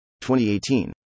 2018